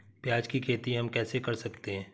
प्याज की खेती हम कैसे कर सकते हैं?